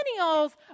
millennials